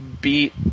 beat